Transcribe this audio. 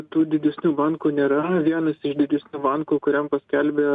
tų didesnių bankų nėra vienas iš didesnių bankų kuriam paskelbė